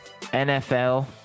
NFL